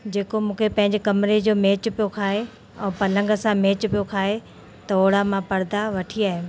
जेको मूंखे पंहिंजे कमिरे जो मैच पियो खाए ऐं पलंग सां मैच पियो खाए त ओहिड़ा मां परदा वठी आहियमि